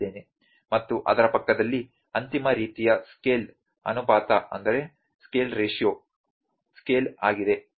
ಮತ್ತು ಅದರ ಪಕ್ಕದಲ್ಲಿ ಅಂತಿಮ ರೀತಿಯ ಸ್ಕೇಲ್ ಅನುಪಾತ ಸ್ಕೇಲ್ ಆಗಿದೆ